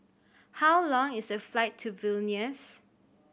how long is the flight to Vilnius